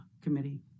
committee